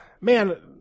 Man